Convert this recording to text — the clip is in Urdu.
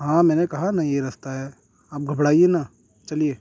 ہاں میں نے کہا نا یہ رستہ ہے آپ گھبرائیے نہ چلیے